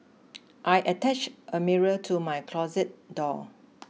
I attach a mirror to my closet door